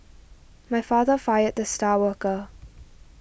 my father fired the star worker